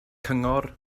cyngor